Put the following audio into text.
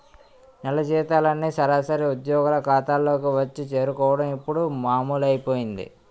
నెల జీతాలన్నీ సరాసరి ఉద్యోగుల ఖాతాల్లోకే వచ్చి చేరుకోవడం ఇప్పుడు మామూలైపోయింది